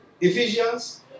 Ephesians